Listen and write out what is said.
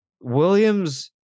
Williams